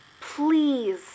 please